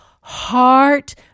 heart